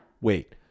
Wait